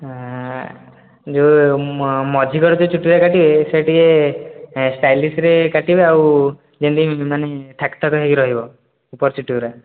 ହଁ ଯେଉଁ ମଝି କରି ଯେଉଁ ଚୁଟିଟା କାଟିବେ ସେ ଟିକେ ଷ୍ଟାଇଲିସ୍ରେ କାଟିବେ ଆଉ ଯେମତି ମାନେ ଥାକ ଥାକ ହୋଇକି ରହିବ ଉପର ଚୁଟି ଗୁଡ଼ା